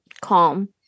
calm